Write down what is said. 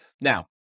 Now